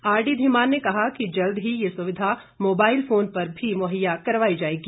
RD Dhiman ने कहा कि जल्द ही ये सुविधा मोबाईल फोन पर भी मुहैया करवाई जाएगी